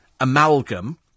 amalgam